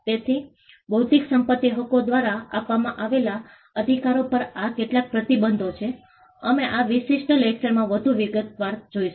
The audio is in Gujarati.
તેથી બૌદ્ધિક સંપત્તિ હકો દ્વારા આપવામાં આવેલા અધિકારો પરના આ કેટલાક પ્રતિબંધો છે અમે આ વિશિષ્ટ લેક્ચરમાં વધુ વિગતવાર જોઈશું